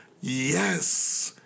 Yes